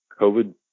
COVID